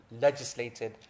legislated